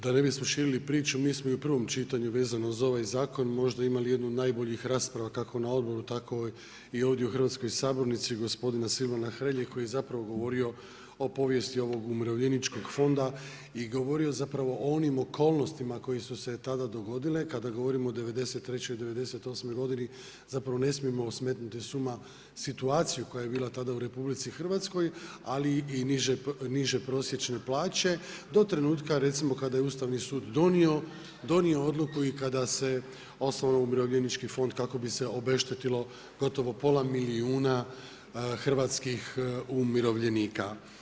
Da ne bismo širili priču, mi smo i u prvom čitanju vezano za ovaj zakon možda imali jednu od najbolji rasprava kako na odboru tako i ovdje u hrvatskoj sabornici gospodina Silava Hrelje koji je zapravo govorio o povijesti ovog umirovljeničkog fonda i govorio zapravo o onim okolnostima koje su se tada dogodile kada govorimo o '93., i '98. godini, zapravo ne smijemo smetnuti s uma situaciju koja je bila tada u RH ali i niže prosječne plaće do trenutka kada recimo kada je Ustavni sud donio odluku i kada se osnovao umirovljenički fond kako bi se obeštetilo gotovo pola milijuna hrvatskih umirovljenika.